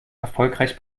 erfolgreich